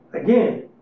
again